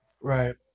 Right